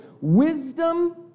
wisdom